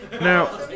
Now